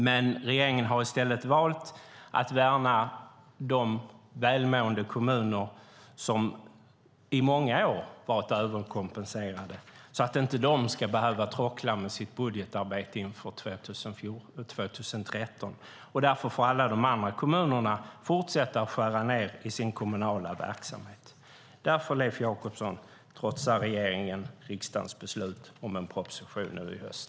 Men regeringen har i stället valt att värna de välmående kommuner som i många år har varit överkompenserade så att de inte ska behöva tråckla med sitt budgetarbete inför 2013. Därför får alla de andra kommunerna fortsätta att skära ned i sin kommunala verksamhet. Därför, Leif Jakobsson, trotsar regeringen riksdagens beslut om en proposition i höst.